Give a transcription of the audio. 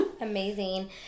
Amazing